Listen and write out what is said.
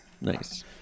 Nice